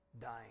dying